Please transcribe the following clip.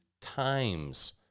times